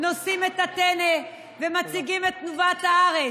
נושאים את הטנא ומציגים את תנובת הארץ,